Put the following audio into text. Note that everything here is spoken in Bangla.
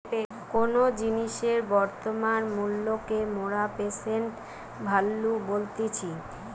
কোনো জিনিসের বর্তমান মূল্যকে মোরা প্রেসেন্ট ভ্যালু বলতেছি